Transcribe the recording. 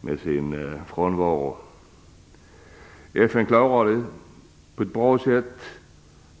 med sin frånvaro. FN klarade Irakkrisen på ett bra sätt